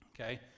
okay